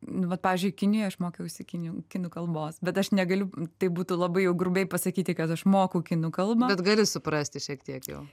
nu vat pavyzdžiui kinijoj aš mokiausi kinijoje kinų kalbos bet aš negaliu taip būtų labai grubiai pasakyti kad aš moku kinų kalbą kad gali suprasti šiek tiek jau